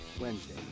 Wednesday